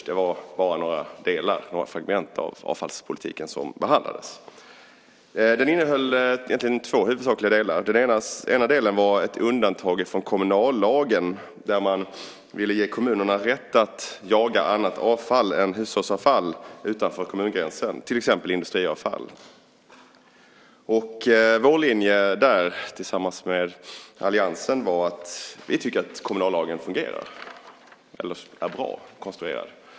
Det var bara några delar, några fragment, av avfallspolitiken som behandlades. Den innehöll egentligen två huvudsakliga delar. Den ena delen var ett undantag från kommunallagen. Man ville ge kommunerna rätt att jaga annat avfall än hushållsavfall utanför kommungränsen, till exempel industriavfall. Vår linje, tillsammans med alliansen, var att vi tycker att kommunallagen är bra konstruerad.